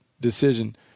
decision